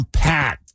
pat